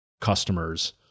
customers